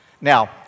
Now